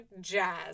jazz